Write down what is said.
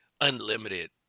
unlimited